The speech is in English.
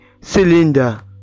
cylinder